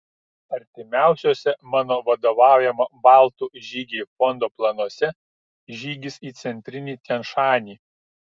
artimiausiuose mano vadovaujamo baltų žygiai fondo planuose žygis į centrinį tian šanį